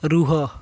ରୁହ